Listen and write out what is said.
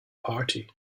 party